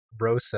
Rosa